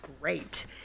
great